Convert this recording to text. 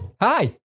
Hi